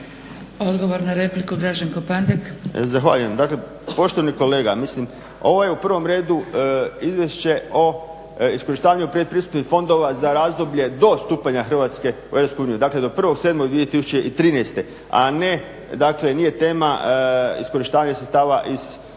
Odgovor na repliku, Draženko Pandek.